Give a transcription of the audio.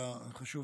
אלא חשוב